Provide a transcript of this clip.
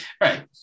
Right